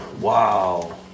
wow